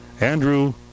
Andrew